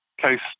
case